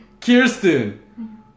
Kirsten